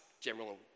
general